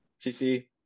CC